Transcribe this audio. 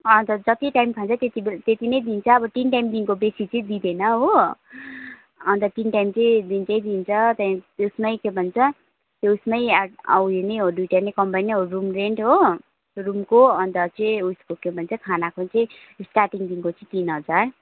हजुर जति टाइम खान्छ त्यति त्यति नै दिन्छ अब तिन टाइमदेखिको बेसी चाहिँ दिँदैन हो अन्त तिन टाइम चाहिँ दिन्छै दिन्छ त्यहाँ त्यसमै के भन्छ त्यसमै आ उयो नै हो दुइटा नै कम्बाइन नै हो रुम रेन्ट हो रुमको अन्त चाहिँ उसको के भन्छ खानाको चाहिँ स्टार्टिङदेखिको चाहिँ तिन हजार